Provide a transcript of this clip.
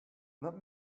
let